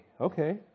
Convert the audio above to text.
Okay